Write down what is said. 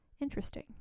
interesting